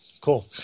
Cool